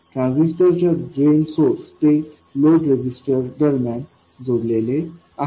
transistor च्या drain source ते load resistor दरम्यान जोडलेले आहे